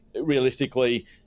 realistically